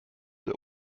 der